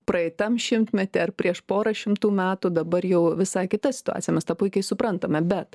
praeitam šimtmety ar prieš porą šimtų metų dabar jau visai kita situacija mes tą puikiai suprantame bet